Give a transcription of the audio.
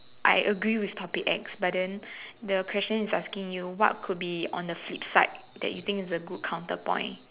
I agree with topic X but then the question is asking you what could be on the flip side that you think is a good counter point